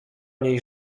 niej